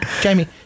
Jamie